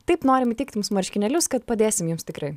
taip norim įteikt jums marškinėlius kad padėsim jums tikrai